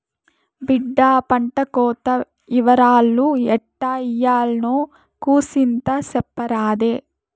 బిడ్డా పంటకోత ఇవరాలు ఎట్టా ఇయ్యాల్నో కూసింత సెప్పరాదే